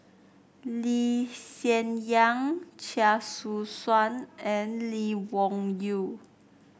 Lee Hsien Yang Chia Choo Suan and Lee Wung Yew